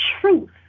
truth